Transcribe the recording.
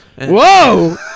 Whoa